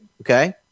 okay